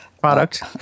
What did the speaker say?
Product